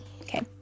Okay